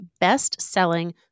best-selling